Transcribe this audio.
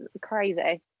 crazy